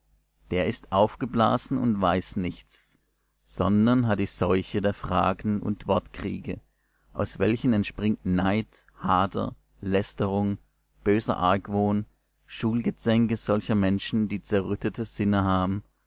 der ist aufgeblasen und weiß nichts sondern hat die seuche der fragen und wortkriege aus welchen entspringt neid hader lästerung böser argwohn schulgezänke solcher menschen die zerrüttete sinne haben